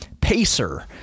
Pacer